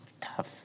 Tough